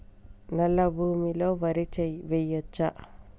నల్లా భూమి లో వరి వేయచ్చా?